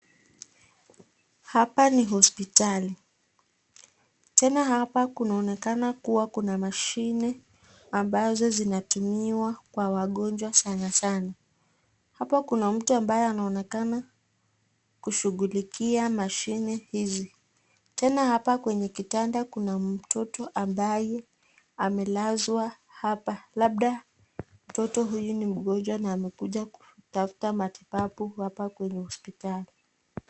Hapa ni hospitali. Tena hapa kunaonekana kuwa kuna mashini ambazo zinatumiwa kwa wagonjwa sana sana. Hapo kuna mtu ambaye anaonekana kushukulikia mashini hizi. Tena hapa kwenye kitanda kuna mtoto ambaye amelazwa hapa labda mtoto huyu mtoto ni mgonjwa na amekuja utafuta matibabu hapa kwenye hospitali.